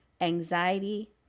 anxiety